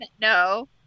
No